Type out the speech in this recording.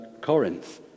Corinth